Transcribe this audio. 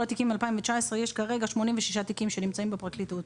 יש כרגע 86 תיקים שנמצאים בפרקליטות.